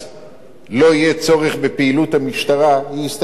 לא יהיה צורך בפעילות המשטרה, היא הסתייגות נכונה,